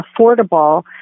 affordable